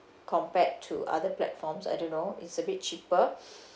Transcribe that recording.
compared to other platforms I don't know it's a bit cheaper